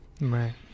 right